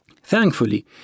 Thankfully